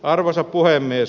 arvoisa puhemies